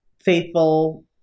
faithful